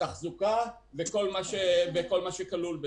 התחזוקה וכל מה שכלול בזה.